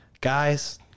guys